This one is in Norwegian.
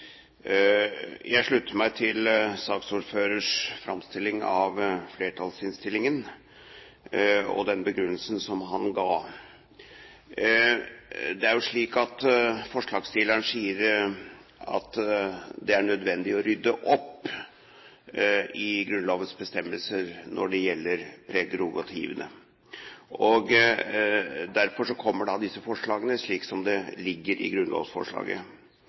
Jeg slutter meg til saksordførerens framstilling av flertallsinnstillingen og den begrunnelsen som han ga. Det er jo slik at forslagsstillerne sier at det er nødvendig å rydde opp i Grunnlovens bestemmelser om prerogativene – derfor kommer disse forslagene, slik som det ligger i grunnlovsforslaget.